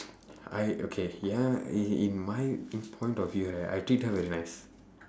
I okay ya in in my point of view right I treat her very nice